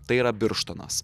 tai yra birštonas